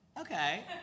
Okay